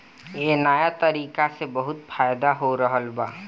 ए नया तरीका से बहुत फायदा हो रहल बा